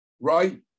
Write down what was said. right